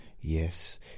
Yes